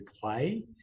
play